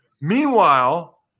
Meanwhile